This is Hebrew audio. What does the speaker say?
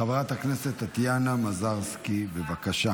חברת הכנסת טטיאנה מזרסקי, בבקשה,